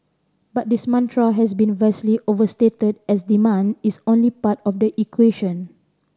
but this mantra has been vastly overstated as demand is only part of the equation